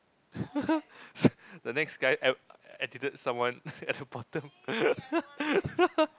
s~ the next guy ed~ edited someone at the bottom